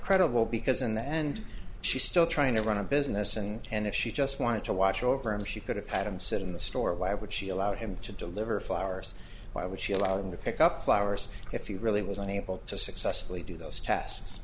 credible because in the end she still trying to run a business and and if she just wanted to watch over him she could have had him sit in the store why would she allowed him to deliver flowers why would she allow them to pick up flowers if you really was unable to successfully do those tests